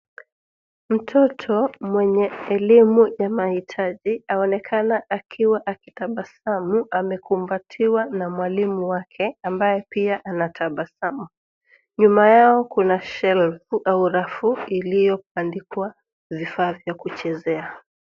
Mtoto mwenye elimu ya mahitaji aonekana akiwa akitabasamu, amekumbatiwa na mwalimu wake ambaye pia anatabasamu. Nyuma yao kuna shelf au rafu iliyobandikwa vifaa vya kuchezea.